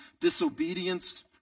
disobedience